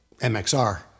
mxr